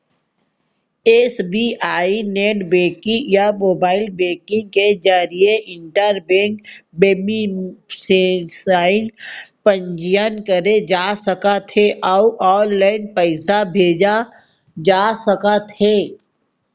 SBI net banking या mobile banking के जरिए इंटर बेंक बेनिफिसियरी पंजीयन करे जा सकत हे अउ ऑनलाइन पइसा भेजे जा सकत हे